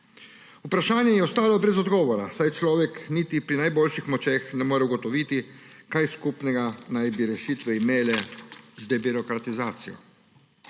Vprašanje je ostalo brez odgovora, saj človek niti pri najboljših močeh ne more ugotoviti, kaj skupnega naj bi rešitve imele z debirokratizacijo.